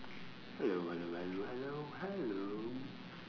hello hello hello hello hello